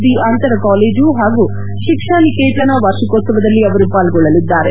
D ಅಂತರ college ಹಾಗೂ ಶಿಕ್ಷಾ ನಿಕೇತನದ ವಾರ್ಷಿಕೋತ್ವವದಲ್ಲಿ ಅವರು ಪಾಲ್ಗೊಳ್ಳಲಿದ್ದಾರೆ